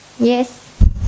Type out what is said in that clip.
Yes